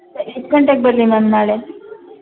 ಎಷ್ಟು ಗಂಟೆಗೆ ಬರಲಿ ಮ್ಯಾಮ್ ನಾಳೆ